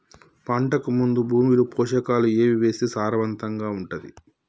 పంటకు ముందు భూమిలో పోషకాలు ఏవి వేస్తే సారవంతంగా ఉంటది?